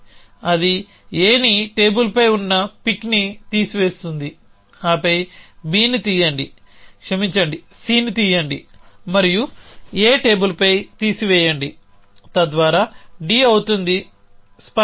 అది Aని టేబుల్పై ఉన్న పిక్ని తీసివేస్తుంది ఆపై Bని తీయండి క్షమించండి Cని తీయండి మరియు A టేబుల్పై తీసివేయండి తద్వారా D అవుతుంది స్పష్టమైన